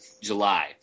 July